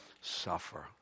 suffer